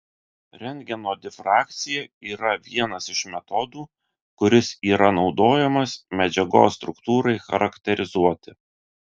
rentgeno difrakcija yra vienas iš metodų kuris yra naudojamas medžiagos struktūrai charakterizuoti